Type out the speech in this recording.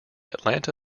atlanta